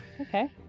Okay